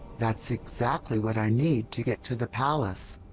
that's exactly what i need to get to the palace!